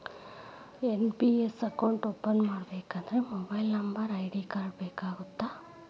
NPS account open ಮಾಡಬೇಕಂದ್ರ mobile number ID card ಬೇಕಾಗತ್ತಾ?